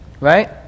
right